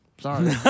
sorry